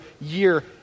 year